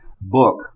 book